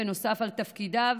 נוסף על תפקידיו